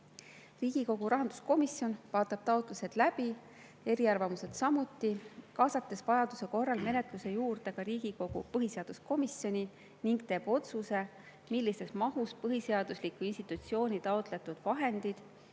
Riigikogu rahanduskomisjon vaatab taotlused läbi ja eriarvamused samuti, kaasates vajaduse korral menetluse juurde Riigikogu põhiseaduskomisjoni, ning teeb otsuse, millises mahus heaks kiita põhiseadusliku institutsiooni taotletud vahendid,